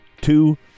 two